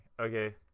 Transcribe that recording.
okay